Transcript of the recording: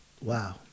Wow